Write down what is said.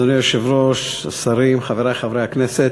אדוני היושב-ראש, השרים, חברי חברי הכנסת,